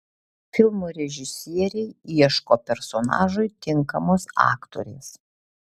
filmo režisieriai ieško personažui tinkamos aktorės